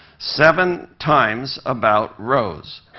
seven times about rose.